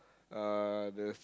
uh the